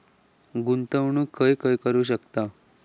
गुंतवणूक खय खय करू शकतव?